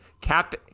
Cap